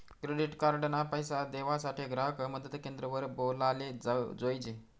credit card ना पैसा देवासाठे ग्राहक मदत क्रेंद्र वर बोलाले जोयजे